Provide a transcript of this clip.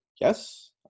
yes